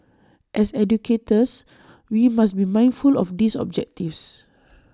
as educators we must be mindful of these objectives